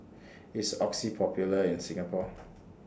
IS Oxy Popular in Singapore